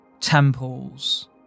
temples